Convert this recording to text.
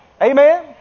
Amen